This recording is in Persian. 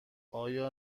آیا